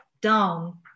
down